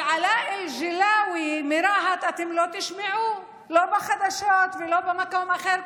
על אלאא אלג'ילאוי מרהט אתם לא תשמעו לא בחדשות ולא במקום אחר,